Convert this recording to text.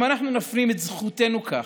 אם אנחנו נפנים את זכותנו כך,